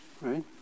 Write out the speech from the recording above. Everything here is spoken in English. right